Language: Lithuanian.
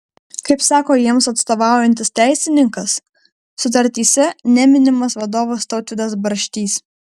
kaip sako jiems atstovaujantis teisininkas sutartyse neminimas vadovas tautvydas barštys